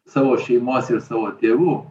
savo šeimos ir savo tėvų